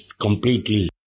completely